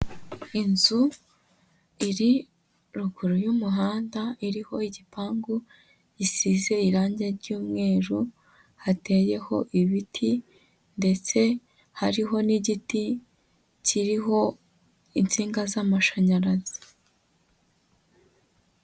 Inzu iri ruguru y'umuhanda iriho igipangu gisize irange ry'umweru, hateyeho ibiti ndetse hariho n'igiti kiriho insinga z'amashanyarazi.